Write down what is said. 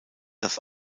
das